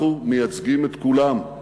אנחנו מייצגים את כולם.